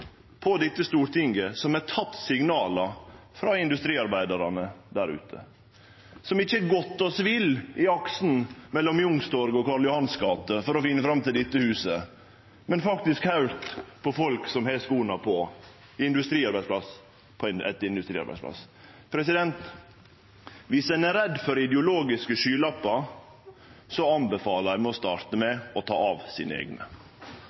på dette storting som har teke signala frå industriarbeidarane der ute, som ikkje har gått seg vill i aksen mellom Youngstorget og Karl Johans gate for å finne fram til dette huset, og som faktisk har høyrt på folk som har skoa på, på industriarbeidsplass etter industriarbeidsplass. Viss ein er redd for ideologiske skylappar, anbefaler eg å starte med å ta av seg sine eigne.